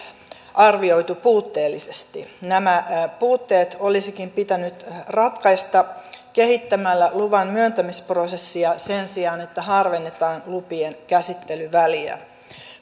arvioitu puutteellisesti nämä puutteet olisikin pitänyt ratkaista kehittämällä luvan myöntämisprosessia sen sijaan että harvennetaan lupien käsittelyväliä